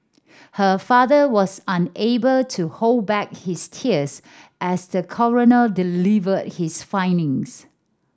her father was unable to hold back his tears as the coroner delivered his findings